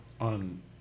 on